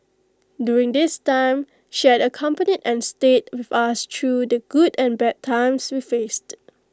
during this time she has accompanied and stayed with us through the good and bad times we faced